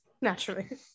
Naturally